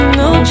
no